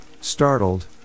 startled